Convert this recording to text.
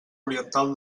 oriental